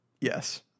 yes